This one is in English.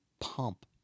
pump